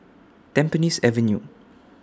Tampines Avenue